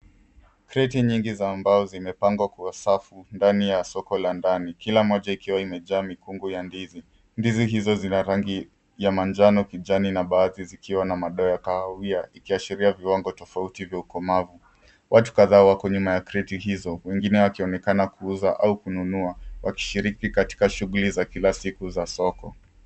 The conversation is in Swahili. Kreti nyingi za mbao zimepangwa kwa safu ndani ya soko la ndani, kila moja ikiwa imejaa mikungu ya ndizi. Ndizi hizi zina rangi ya manjano, kijani na baadhi zikiwa na madoa ya kahawia. Watu kadhaa wako nyuma ya kreti hizo, wengine wakionekana kuuza au kununua; wakishiriki katika shughuli za kila siku za soko.